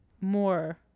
more